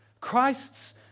Christ's